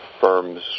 firms